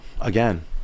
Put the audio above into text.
again